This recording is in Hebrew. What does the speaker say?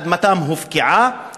אדמתם הופקעה,